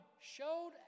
showed